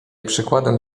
przykładem